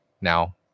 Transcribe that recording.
now